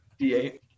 D8